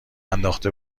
انداخته